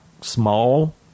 ...small